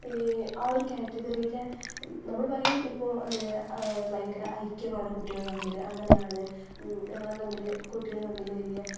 ആ ഒരു കാറ്റഗറിയിലെ നമ്മൾ പറയും ഇപ്പോൾ ഭയങ്കര ഐക്യമാണ് കുട്ടികൾ തമ്മിൽ അങ്ങനെയാണ് ഞങ്ങൾ തമ്മിൽ കുട്ടികൾ തമ്മിൽ വലിയ